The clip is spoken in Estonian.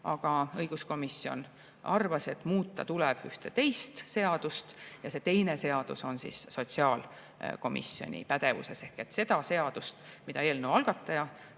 aga õiguskomisjon arvas, et muuta tuleks ühte teist seadust, ja see teine seadus on sotsiaalkomisjoni pädevuses. Seda seadust, mida eelnõu algataja